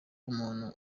umuntu